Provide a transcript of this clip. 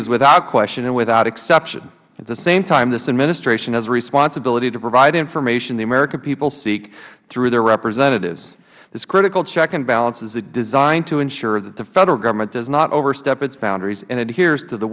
is without question and without exception at the same time this administration has a responsibility to provide information the american people seek through their representatives this critical check and balance is designed to ensure that the federal government does not overstep its boundaries and adheres to the